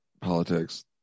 politics